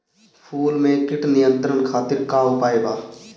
फूल में कीट नियंत्रण खातिर का उपाय बा?